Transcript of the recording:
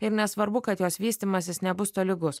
ir nesvarbu kad jos vystymasis nebus tolygus